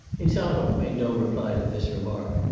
insarov made no reply to this remark,